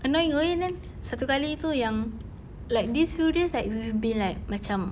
annoying satu kali itu yang like these few days like we've been like macam